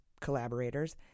collaborators